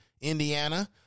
Indiana